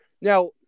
now